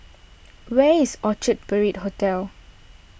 where is Orchard Parade Hotel